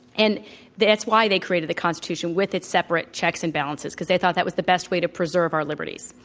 and t hat's why they created the constitution, with its separate checks and balances, because they thought that was the best way to preserve our liberty.